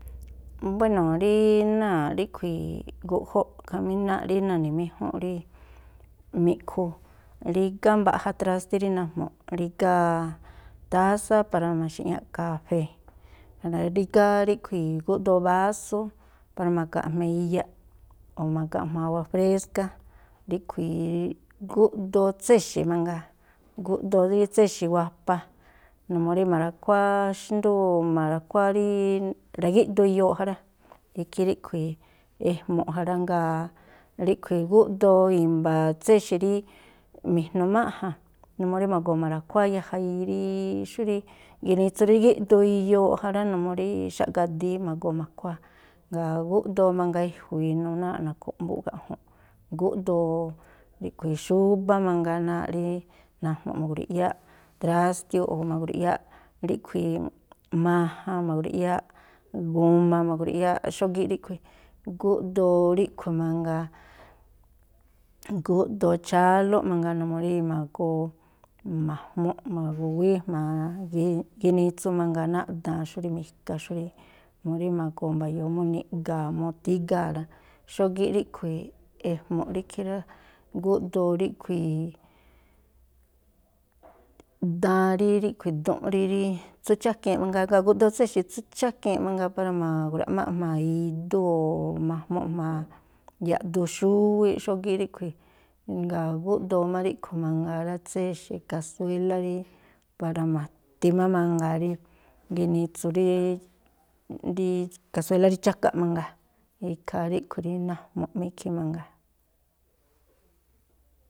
Buéno̱, rí náa̱ꞌ ríꞌkhui̱ guꞌjóꞌ khamí náa̱ rí na̱ni̱méjúnꞌ rí mi̱ꞌkhu, rígá mbaꞌja trástí rí najmu̱ꞌ, rígá tásá para ma̱xi̱ꞌñáꞌ kafée̱, rígá ríꞌkhui̱, gúꞌdoo bású, para ma̱ga̱nꞌ jma̱a iyaꞌ o̱ ma̱ga̱nꞌ jma̱a awa fréská, ríꞌkhui̱ gúꞌdoo tséxi̱ mangaa, gúꞌdoo rí tséxi̱ wapa, numuu rí ma̱ra̱khuáá xndú o̱ ma̱ra̱khuáá rí ra̱gíꞌdoo iyooꞌ ja rá. Ikhí ríꞌkhui̱ ejmu̱ꞌ ja rá. Jngáa̱ ríꞌkhui̱, gúꞌdoo i̱mba̱ tséxi̱ rí mi̱jnu̱ máꞌja̱n, numuu rí ma̱goo ma̱ra̱khuáá yaja rí xúrí ginitsu ríꞌdoo iyooꞌ ja rá numuu rí xáꞌgadíí, ma̱goo ma̱khuáá. Jngáa̱ gúꞌdoo mangaa e̱jui̱i inuu náa̱ꞌ na̱khu̱mbúꞌ gaꞌju̱nꞌ. Gúꞌdoo ríꞌkhui̱ xúbá mangaa náa̱ꞌ rí najmu̱ꞌ ma̱grui̱ꞌyá trástiúꞌ o̱ ma̱grui̱ꞌyá ríꞌkhui̱ majan ma̱grui̱ꞌyáꞌ guma ma̱grui̱ꞌyáꞌ xógíꞌ ríꞌkhui̱. Gúꞌdoo ríꞌkhui̱ mangaa, gúꞌdoo chálóꞌ mangaa, numuu rí ma̱goo ma̱jmuꞌ ma̱gu̱wíí jma̱a gi ginitsu mangaa náa̱ꞌ daan xú rí mika xú rí, mu rí ma̱goo mba̱yo̱o̱ mú niꞌga̱a̱ mú tígáa̱ rá. Xógíꞌ ríꞌkhui̱ ejmu̱ꞌ rí ikhí rá, gúꞌdoo ríꞌkhui̱ daan rí ríꞌkhui̱ dunꞌ rí tsú chákiin mangaa. Jngáa̱ gúꞌdoo tséxi̱ tsú chákiinꞌ mangaa para ma̱grua̱ꞌmá jma̱a idú o̱ ma̱jmu̱ꞌ jma̱a yaꞌduxíwíꞌ xógíꞌ ríꞌkhui̱. Jngáa̱ gúꞌdoo má ríꞌkhui̱ mangaa rá, tséxi̱ kasuélá rí para ma̱ti má mangaa rí ginitsu rí rí kasuéla rí chákaꞌ mangaa. Ikhaa ríꞌkhui̱ rí najmu̱ꞌ má ikhí mangaa.